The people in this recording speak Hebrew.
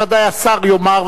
בוודאי השר יאמר,